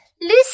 Lucy